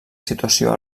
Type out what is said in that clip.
situació